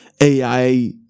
AI